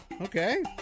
Okay